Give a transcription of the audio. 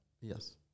Yes